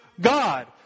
God